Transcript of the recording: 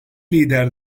lider